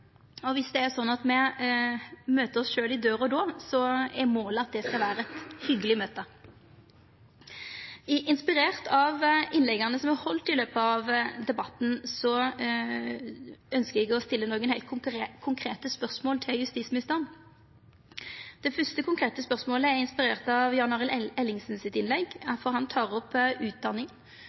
Og viss det er slik at me møter oss sjølve i døra då, er målet at det skal vera eit hyggjeleg møte. Inspirert av dei innlegga som er haldne i løpet av debatten, ønskjer eg å stilla nokre heilt konkrete spørsmål til justisministeren. Det fyrste konkrete spørsmålet er inspirert av Jan Arild Ellingsen sitt innlegg, for han tek opp utdanning